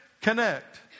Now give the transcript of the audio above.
Connect